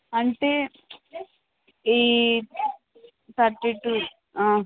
అంటే ఈ thirty two